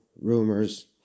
Rumors